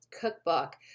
cookbook